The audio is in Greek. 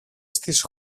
στις